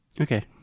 Okay